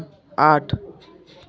आठ